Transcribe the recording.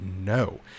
no